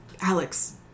Alex